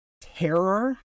terror